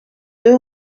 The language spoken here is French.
deux